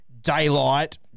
daylight